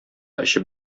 эчеп